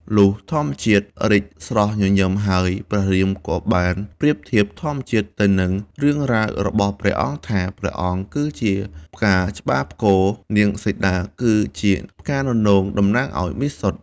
លុះធម្មជាតិរីកស្រស់ញញឹមហើយ ព្រះរាមក៏បានប្រៀប ធៀបធម្មជាតិទៅនឹងរឿងរ៉ាវ របស់ព្រះអង្គថា ព្រះអង្គគឺជាផ្កាច្បាផ្គរ នាងសីតាគឺជាផ្កាននោង តំណាងឱ្យមាសសុទ្ធ។